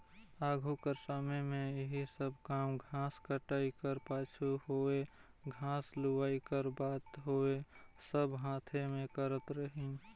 आघु कर समे में एही सब काम घांस कटई कर पाछू होए घांस लुवई कर बात होए सब हांथे में करत रहिन